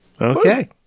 Okay